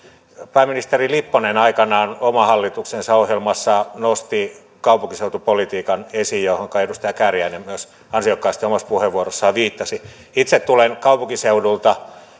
pääministeri lipponen aikanaan oman hallituksensa ohjelmassa nosti kaupunkiseutupolitiikan esiin johonka edustaja kääriäinen myös ansiokkaasti omassa puheenvuorossaan viittasi itse tulen kaupunkiseudulta